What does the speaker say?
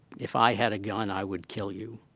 if i had a gun, i would kill you,